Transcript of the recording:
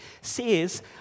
says